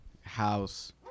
house